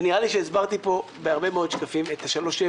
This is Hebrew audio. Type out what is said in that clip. נראה לי שהסברתי פה בהרבה מאוד שקפים את ה-3.7.